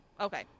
okay